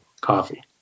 Coffee